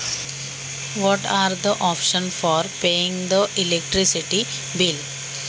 विजेचे बिल भरण्यासाठी कोणकोणते पर्याय आहेत?